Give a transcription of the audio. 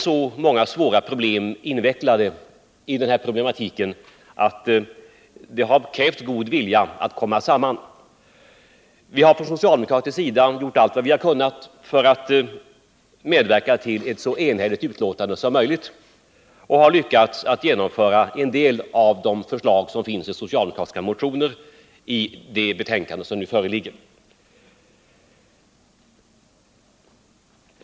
Så många svåra problem är invecklade i den här problematiken att det har krävts god vilja att komma samman. Vi har på socialdemokratisk sida gjort allt vad vi har kunnat för att medverka till ett så enhälligt betänkande som möjligt. En del av de förslag som finns i socialdemokratiska motioner har vi lyckats genomföra i betänkandet.